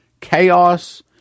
chaos